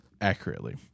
accurately